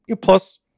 Plus